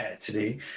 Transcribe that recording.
today